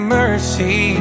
mercy